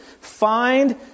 Find